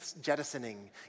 jettisoning